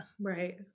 Right